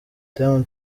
diamond